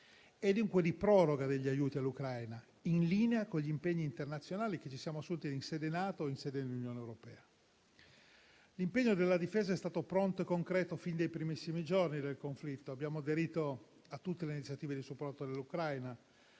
e dunque di proroga degli aiuti all'Ucraina, in linea con gli impegni internazionali che ci siamo assunti in sede NATO e in sede di Unione europea. L'impegno della Difesa è stato pronto e concreto fin dai primissimi giorni del conflitto: abbiamo aderito a tutte le iniziative di supporto all'Ucraina